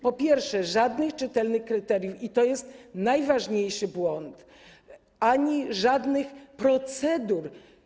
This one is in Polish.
Po pierwsze, żadnych czytelnych kryteriów, i to jest najważniejszy błąd, ani żadnych procedur.